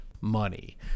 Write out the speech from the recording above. money